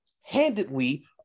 handedly